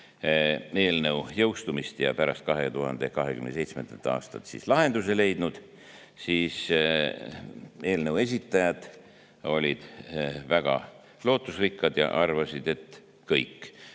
eelnõu jõustumist ja pärast 2027. aastat lahenduse leidnud. Eelnõu esitajad olid väga lootusrikkad ja arvasid, et kõik.